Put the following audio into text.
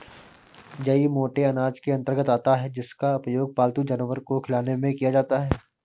जई मोटे अनाज के अंतर्गत आता है जिसका उपयोग पालतू जानवर को खिलाने में किया जाता है